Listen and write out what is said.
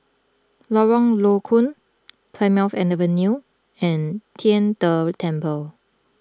Lorong Low Koon Plymouth Avenue and Tian De Temple